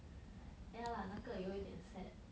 ya lah 那个有一点 sad